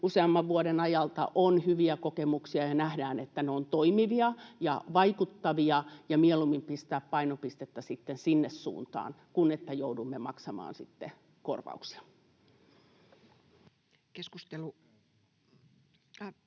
useamman vuoden ajalta on hyviä kokemuksia ja mistä nähdään, että ne ovat toimivia ja vaikuttavia, ja mieluummin pistetään painopistettä sinne suuntaan kuin sitten joudutaan maksamaan korvauksia. Edustaja